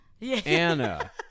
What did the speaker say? Anna